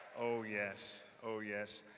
oh, yes. oh, yes.